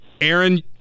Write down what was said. Aaron